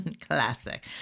Classic